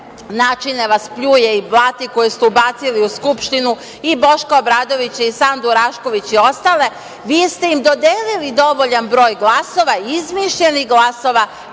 način vas pljuje i blati, koje ste ubacili u Skupštinu, i Boška Obradovića i Sandu Rašković Ivić i ostale, vi ste mi dodeli dovoljan broj glasova, izmišljenih glasova